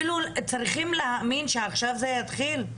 עכשיו צריך להאמין שעכשיו זה יתחיל?